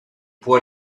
può